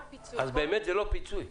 אז באמת זה לא פיצוי.